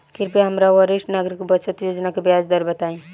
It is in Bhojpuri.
कृपया हमरा वरिष्ठ नागरिक बचत योजना के ब्याज दर बताई